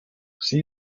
sie